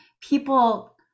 people